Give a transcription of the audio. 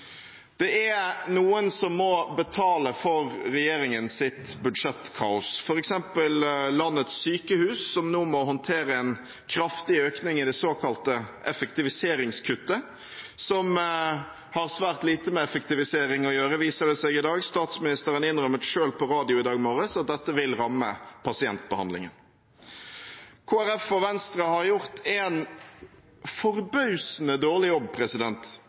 Det er noen som må betale for regjeringens budsjettkaos, f.eks. landets sykehus, som nå må håndtere en kraftig økning i det såkalte effektiviseringskuttet, som har svært lite med effektivisering å gjøre, viser det seg i dag. Statsministeren innrømmet selv på radioen i dag morges at dette vil ramme pasientbehandlingen. Kristelig Folkeparti og Venstre har gjort en forbausende dårlig jobb